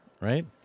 right